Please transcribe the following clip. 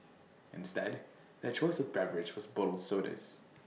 instead their choice of beverage was bottled sodas